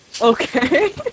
Okay